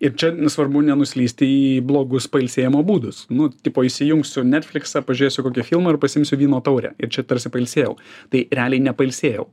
ir čia svarbu nenuslysti į blogus pailsėjimo būdus nu tipo įsijungsiu netflixą pažiūrėsiu kokį filmą ir pasiimsiu vyno taurę ir čia tarsi pailsėjau tai realiai nepailsėjau